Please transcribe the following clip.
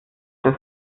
des